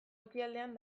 ekialdean